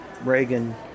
Reagan